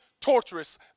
torturous